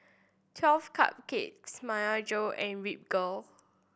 Twelve Cupcakes Myojo and Ripcurl